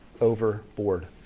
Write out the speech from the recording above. overboard